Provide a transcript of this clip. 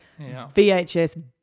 VHS